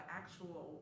actual